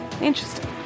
Interesting